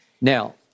Now